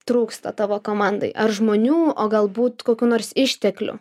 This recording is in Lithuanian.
trūksta tavo komandai ar žmonių o galbūt kokių nors išteklių